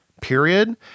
period